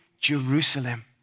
Jerusalem